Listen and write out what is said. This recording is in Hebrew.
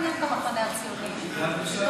חברת הכנסת חנין זועבי, איננה.